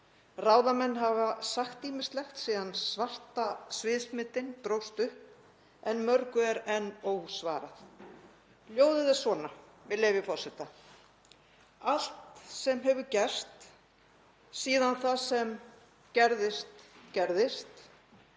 Ráðamenn hafa sagt ýmislegt síðan svarta sviðsmyndin dróst upp en mörgu er enn ósvarað. Ljóðið er svona, með leyfi forseta: „Allt sem hefur gerst síðan það sem gerðist gerðist,